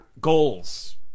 goals